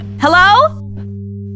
Hello